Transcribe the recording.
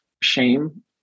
shame